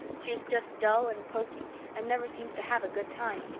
she is just dull and poky and never seems to have a good time.